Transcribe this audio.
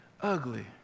ugly